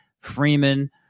Freeman